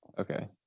okay